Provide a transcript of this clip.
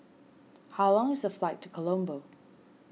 how long is the flight to Colombo